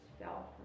fell